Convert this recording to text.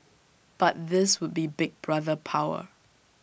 but this would be Big Brother power